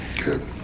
Good